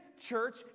church